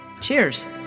Cheers